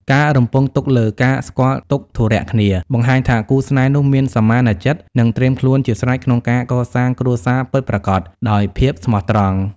ការរំពឹងទុកលើ "ការស្គាល់ទុក្ខធុរៈគ្នា" បង្ហាញថាគូស្នេហ៍នោះមានសមានចិត្ត និងត្រៀមខ្លួនជាស្រេចក្នុងការកសាងគ្រួសារពិតប្រាកដដោយភាពស្មោះត្រង់។